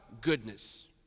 goodness